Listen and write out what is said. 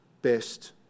best